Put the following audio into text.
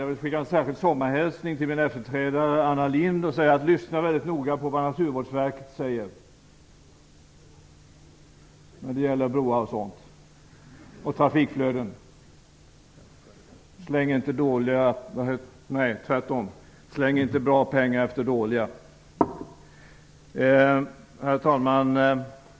Jag vill skicka en särskild sommarhälsning till min efterträdare Anna Lindh: Lyssna väldigt noga på vad Naturvårdsverket säger när det gäller broar, trafikflöden och sådant! Släng inte bra pengar efter dåliga! Herr talman!